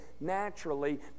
naturally